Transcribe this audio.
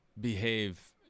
behave